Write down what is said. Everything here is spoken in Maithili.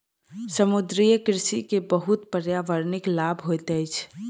समुद्रीय कृषि के बहुत पर्यावरणिक लाभ होइत अछि